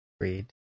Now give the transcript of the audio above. read